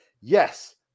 Yes